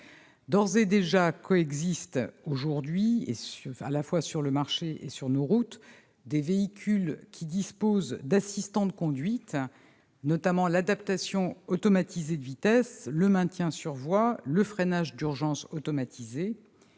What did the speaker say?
D'ores et déjà coexistent, à la fois sur le marché et sur nos routes, des véhicules qui disposent d'assistant de conduite, notamment l'adaptation automatisée de la vitesse, le maintien sur voie, le freinage d'urgence automatisé.